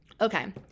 Okay